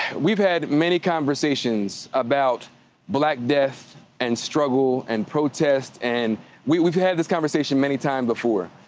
we've had many conversations about black death and struggle and protest. and we've had this conversation many times before.